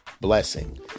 blessing